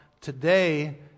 today